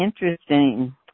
interesting